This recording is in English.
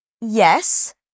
yes